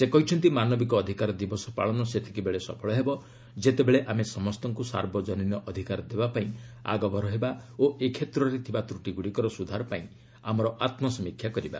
ସେ କହିଛନ୍ତି ମାନବିକ ଅଧିକାର ଦିବସ ପାଳନ ସେତିକିବେଳେ ସଫଳ ହେବ ଯେତେବେଳେ ଆମେ ସମସ୍ତଙ୍କୁ ସାର୍ବଜନୀନ ଅଧିକାର ଦେବାପାଇଁ ଆଗଭର ହେବା ଓ ଏ କ୍ଷେତ୍ରରେ ଥିବା ତ୍ରଟିଗୁଡ଼ିକର ସୁଧାର ପାଇଁ ଆମର ଆତ୍କସମୀକ୍ଷା କରିବା